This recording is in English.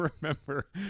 remember